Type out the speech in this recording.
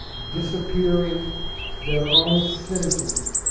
disappearing their own citizens,